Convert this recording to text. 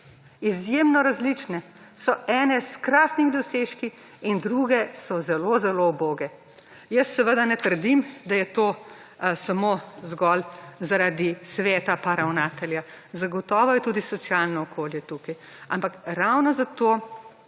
izjemno različne. So ene s krasnimi dosežki in druge so zelo, zelo uboge. Jaz seveda ne trdim, da je to samo zgolj zaradi sveta in ravnateljev, zagotovo je tudi socialno okolje tukaj. Ampak ravno zato